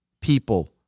people